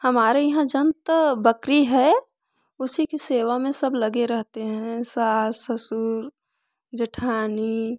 हमारे यहाँ जंत बकरी है उसी की सेवा में सब लगे रहते हैं सास ससुर जेठानी